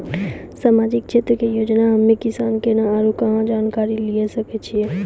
समाजिक क्षेत्र के योजना हम्मे किसान केना आरू कहाँ जानकारी लिये सकय छियै?